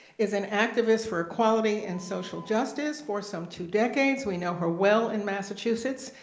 is an activist for equality and social justice for some two decades. we know her well in massachusetts.